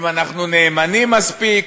אם אנחנו נאמנים מספיק,